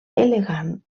elegant